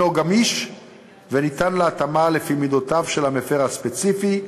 גמיש וניתן להתאמה לפי מידותיו של המפר הספציפי,